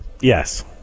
yes